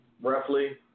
roughly